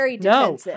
no